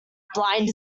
blind